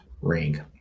ring